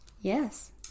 Yes